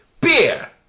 beer